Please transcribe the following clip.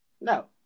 No